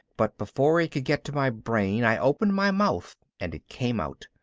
but before it could get to my brain i opened my mouth and it came out